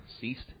ceased